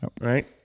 right